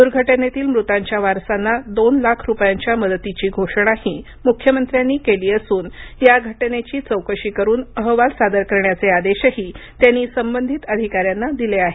दुर्घटनेतील मृतांच्या वारसांना दोन लाख रुपयांच्या मदतीची घोषणाही मुख्यमंत्र्यांनी केली असून या घटनेच्या चौकशीचे आदेशही त्यांनी संबंधित अधिकाऱ्यांना दिले आहेत